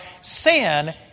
Sin